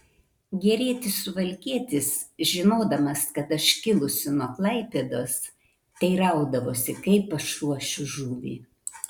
gerietis suvalkietis žinodamas kad aš kilusi nuo klaipėdos teiraudavosi kaip aš ruošiu žuvį